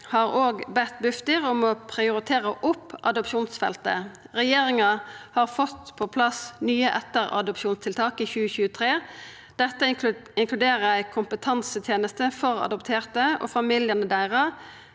har òg bedt Bufdir om å prioritera opp adopsjonsfeltet. Regjeringa har fått på plass nye etteradopsjonstiltak i 2023. Dette inkluderer ei kompetanseteneste for adopterte og familiane deira,